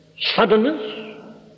suddenness